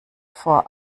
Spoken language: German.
vor